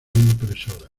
impresora